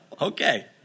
Okay